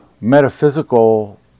metaphysical